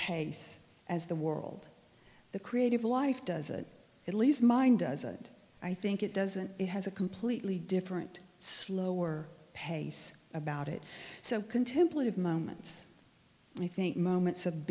pace as the world the creative life does it at least mine does and i think it doesn't it has a completely different slower pace about it so contemplative moments i think moments of